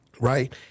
right